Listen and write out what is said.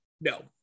No